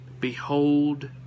behold